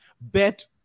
bet